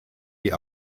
die